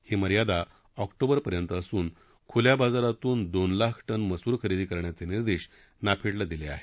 ही मर्यादा ऑक्टोबरपर्यंत असून खुल्या बाजारातून दोन लाख टन मसूर खरेदी करण्याची निर्देश नाफेडला दिले आहेत